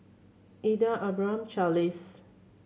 Eda Abram Charlize